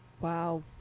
Wow